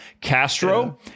Castro